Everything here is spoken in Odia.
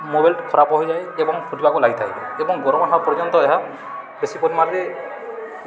ମୋବାଇଲ୍ ଖରାପ ହୋଇଯାଏ ଏବଂ ଫୁଟିବାକୁ ଲାଗିଥାଏ ଏବଂ ଗରମ ହେବା ପର୍ଯ୍ୟନ୍ତ ଏହା ବେଶି ପରିମାଣରେ